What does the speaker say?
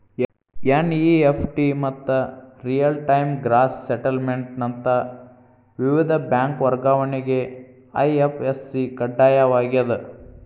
NEFT ಮತ್ತ real time gross settlement ನಂತ ವಿವಿಧ ಬ್ಯಾಂಕ್ ವರ್ಗಾವಣೆಗೆ ಐ.ಎಫ್.ಎಸ್.ಸಿ ಕಡ್ಡಾಯವಾಗ್ಯದ